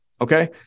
Okay